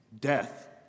death